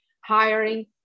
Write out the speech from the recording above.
hiring